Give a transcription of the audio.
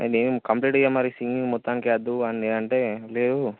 నేనేం కంప్లీట్గా మరి సింగింగ్ మొత్తానికే వద్దు అని నేను అంటే లేదు